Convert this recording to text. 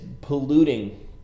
polluting